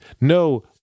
No